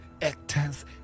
Actors